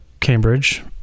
Cambridge